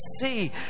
see